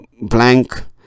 blank